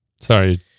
sorry